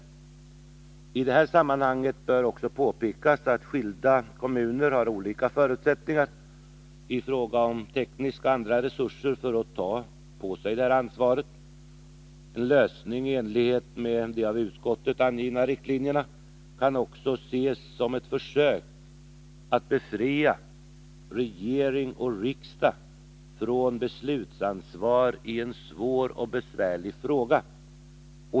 I det här sammanhanget bör också påpekas att skilda kommuner har olika förutsättningar i fråga om tekniska och andra resurser när det gäller att ta på sig detta ansvar. En lösning i enlighet med de av utskottet angivna riktlinjerna kan också ses som ett försök att befria regering och riksdag från beslutsansvaret i en svår och besvärlig fråga.